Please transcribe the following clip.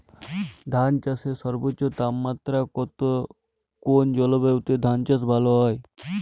ধান চাষে সর্বোচ্চ তাপমাত্রা কত কোন জলবায়ুতে ধান চাষ ভালো হয়?